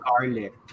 garlic